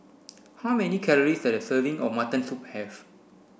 how many calories does a serving of mutton soup have